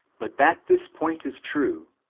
but that this point is true,